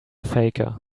faker